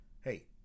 Hey